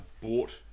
bought